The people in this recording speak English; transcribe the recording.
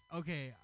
okay